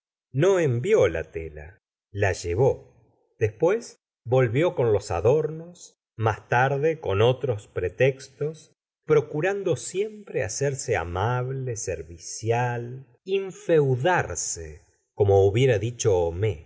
no envió la tela la llevó después volvió con los adornos más tarde con otros pretextos procurando siempre hacerse amable servicial in eudarse como hubiera dicho homais